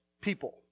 people